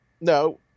No